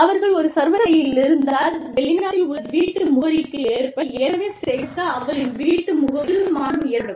அவர்கள் ஒரு சர்வதேச வேலையிலிருந்தால் வெளிநாட்டில் உள்ள வீட்டு முகவரிக்கு ஏற்ப ஏற்கனவே சேகரித்த அவர்களின் வீட்டு முகவரியில் மாற்றம் ஏற்படும்